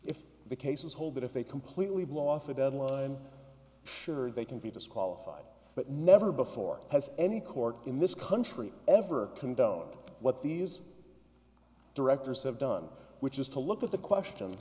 if the cases hold that if they completely blow off a deadline sure they can be disqualified but never before has any court in this country ever condone what these directors have done which is to look at the question